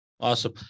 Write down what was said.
Awesome